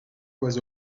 was